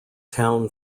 town